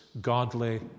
godly